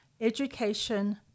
education